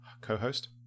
co-host